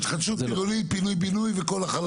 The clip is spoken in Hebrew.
בהתחדשות עירונית, פינוי בינוי, וכל זה.